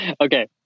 okay